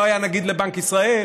לא היה נגיד לבנק ישראל.